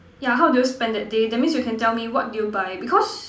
yeah how do you spend that day that means you can tell me what do you buy because